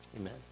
amen